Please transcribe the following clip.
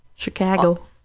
Chicago